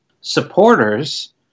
supporters